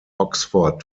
oxford